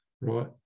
right